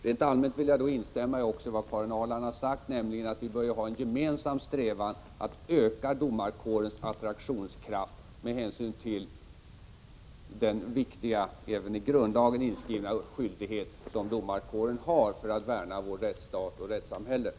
Rent allmänt vill jag instämma i vad Karin Ahrland sade, nämligen att vi bör ha en gemensam strävan att öka domarämbetets attraktionskraft, med hänsyn till den viktiga även i grundlagen inskrivna skyldighet som domarkåren har att värna vår rättsstat och rättssamhället.